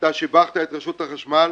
אתה שיבחת את רשות החשמל.